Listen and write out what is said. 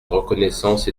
reconnaissance